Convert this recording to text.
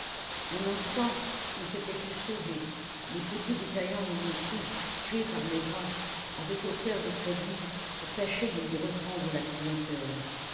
un instant on s'était cru sauvé les petits détaillants de montsou tués par maigrat avaient offert des crédits pour tâcher de lui reprendre la clientèle